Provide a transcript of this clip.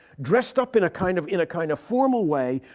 dressed up in a kind of in a kind of formal way,